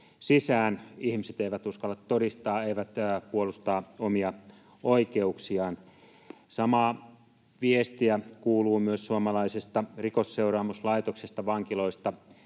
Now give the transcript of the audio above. sisään. Ihmiset eivät uskalla todistaa, eivät puolustaa omia oikeuksiaan. Samaa viestiä kuuluu myös suomalaisesta Rikosseuraamuslaitoksesta, vankiloista.